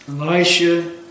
Elisha